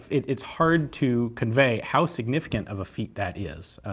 it's hard to convey how significant of a feat that is.